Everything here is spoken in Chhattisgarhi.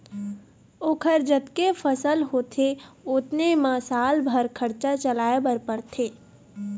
ओखर जतके फसल होथे ओतने म साल भर खरचा चलाए बर परथे